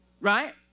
right